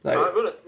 like